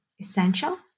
essential